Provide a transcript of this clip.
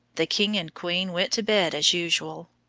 the king and queen went to bed as usual.